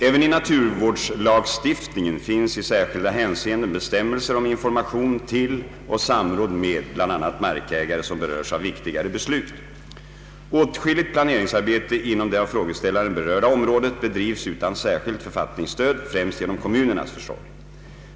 Även i naturvårdslagstiftningen finns i skilda hänseenden bestämmelser om information till och samråd med bl.a. markägare som berörs av viktigare beslut. Åtskilligt planeringsarbete inom det av frågeställaren berörda området bedrivs utan särskilt författningsstöd, främst genom kommunernas försorg.